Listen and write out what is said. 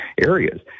areas